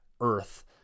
earth